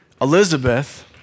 Elizabeth